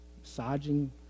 massaging